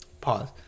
Pause